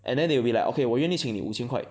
and then they'll be like okay 我愿意请你五千块